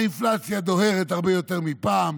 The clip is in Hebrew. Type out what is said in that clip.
האינפלציה דוהרת הרבה יותר מפעם,